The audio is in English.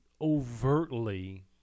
overtly